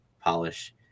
polish